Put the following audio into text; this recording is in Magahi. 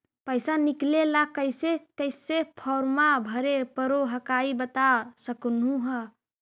पैसा निकले ला कैसे कैसे फॉर्मा भरे परो हकाई बता सकनुह?